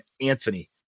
Anthony